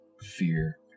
fear